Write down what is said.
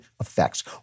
effects